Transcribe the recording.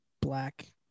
black